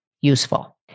useful